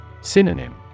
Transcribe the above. Synonym